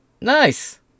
Nice